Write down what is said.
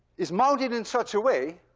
is mounted in such a way